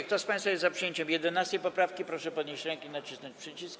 Kto z państwa jest za przyjęciem 11. poprawki, proszę podnieść rękę i nacisnąć przycisk.